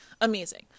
amazing